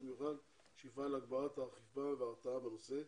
מיוחד שיפעל להגברת האכיפה וההרתעה בנושא.